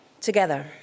Together